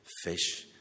fish